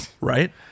Right